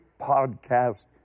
podcast